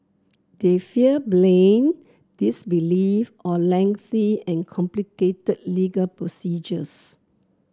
they fear blame disbelief or lengthy and complicated legal procedures